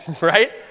right